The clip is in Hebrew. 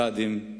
קאדים,